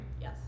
Yes